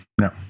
no